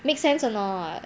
make sense or not